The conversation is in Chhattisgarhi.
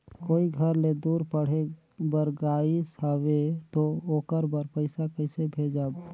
कोई घर ले दूर पढ़े बर गाईस हवे तो ओकर बर पइसा कइसे भेजब?